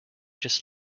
just